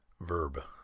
Verb